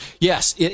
Yes